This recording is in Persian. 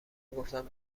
گفتم